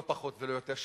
לא פחות ולא יותר,